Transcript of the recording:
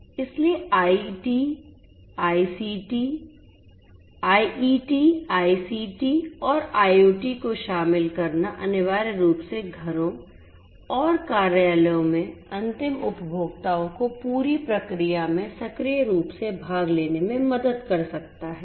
इसलिए IT ICT और IoT को शामिल करना अनिवार्य रूप से घरों और कार्यालयों में अंतिम उपभोक्ताओं को पूरी प्रक्रिया में सक्रिय रूप से भाग लेने में मदद कर सकता है